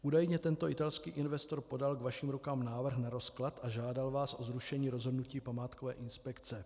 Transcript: Údajně tento italský investor podal k vašim rukám návrh na rozklad a žádal vás o zrušení rozhodnutí památkové inspekce.